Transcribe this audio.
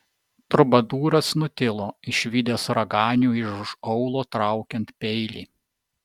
trubadūras nutilo išvydęs raganių iš už aulo traukiant peilį